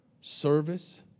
service